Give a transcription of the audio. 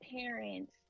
parents